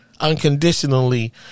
unconditionally